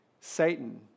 Satan